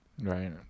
right